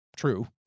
true